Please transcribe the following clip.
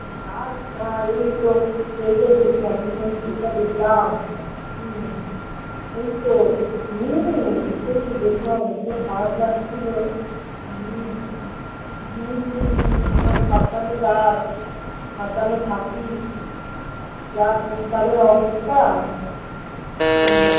ও আর না এই তো এই তো সেদিন অ্যাক্সিডেন্ট একটা দেখলাম হুম এই তো হুম সেদিন দেখলাম এত খারাপ লাগছিল হুম হুম হুম হুম ও সাবধানে যাস সাবধানে থাকিস যা দিনকালের অবস্থা হুম